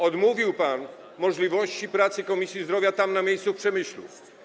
Odmówił pan możliwości pracy Komisji Zdrowia tam, na miejscu, w Przemyślu.